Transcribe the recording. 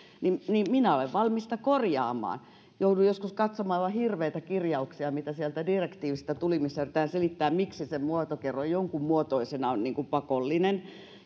niin niin minä olin valmis sitä korjaamaan jouduin joskus katsomaan aivan hirveitä kirjauksia mitä sieltä direktiivistä tuli missä yritettiin selittää miksi se muotokerroin jonkunmuotoisena on pakollinen